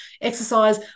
exercise